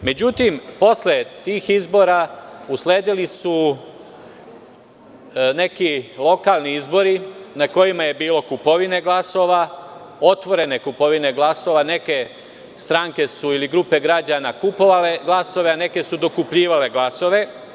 Međutim, posle tih izbora usledili su neki lokalni izbori na kojima je bilo kupovine glasova, otvorene kupovine glasova, neke stranke ili grupe građana su kupovale glasove, a neke su dokupljivale glasove.